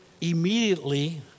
immediately